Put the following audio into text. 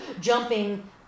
jumping